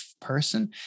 person